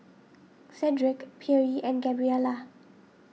Cedrick Pierre and Gabriella